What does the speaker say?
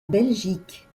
belgique